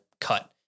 cut